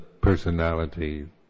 personality